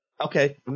Okay